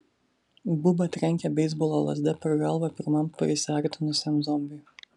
buba trenkė beisbolo lazda per galvą pirmam prisiartinusiam zombiui